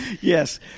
Yes